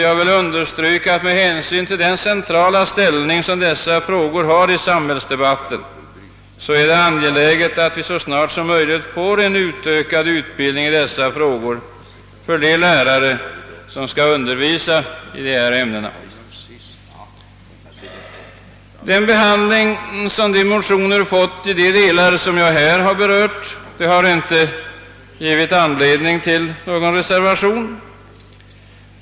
Jag vill understryka att med hänsyn till den centrala ställning som dessa frågor har i samhällsdebatten är det angeläget att man så snart som möjligt får en utökad utbildning i dessa ämnen för de lärare som skall undervisa i dem. Den behandling som våra motioner har fått i de delar som jag här berört har inte givit anledning till någon reservation.